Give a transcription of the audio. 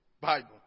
Bible